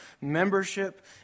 membership